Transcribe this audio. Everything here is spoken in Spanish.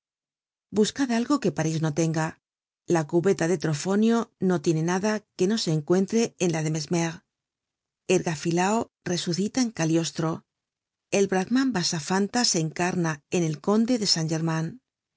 buscad algo que parís no tenga la cubeta de trofonio no tiene nada que no se encuentre en la de mesmer ergafilao resucita en caglios tro el brahman vasafanta se encarna en el conde de san german